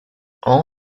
all